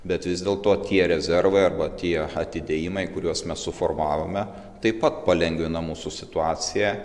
bet vis dėlto tie rezervai arba tie atidėjimai kuriuos mes suformavome taip pat palengvina mūsų situaciją